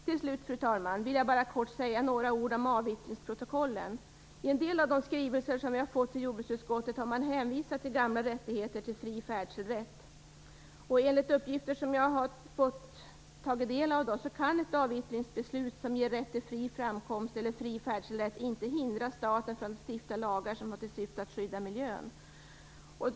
Till slut, fru talman, vill jag bara kort säga några ord om avvittringsprotokollen. I en del av de skrivelser som vi har fått till jordbruksutskottet har man hänvisat till gamla rättigheter till fri färdselrätt. Enligt uppgifter som jag har tagit del av kan ett avvittringsbeslut som ger rätt till fri framkomst eller fri färdselrätt inte hindra staten från att stifta lagar som har till syfte att skydda miljön.